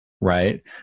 right